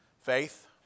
Faith